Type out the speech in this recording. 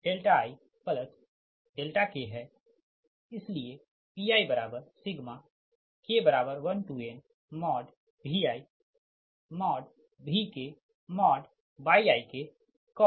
इसलिए Pik1nViVkYikcos ik i k